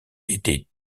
étaient